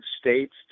states